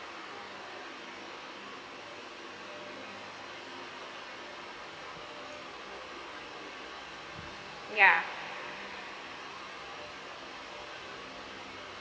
ya